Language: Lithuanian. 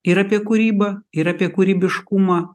ir apie kūrybą ir apie kūrybiškumą